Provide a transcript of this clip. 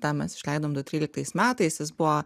tą mes išleidom du tryliktais metais jis buvo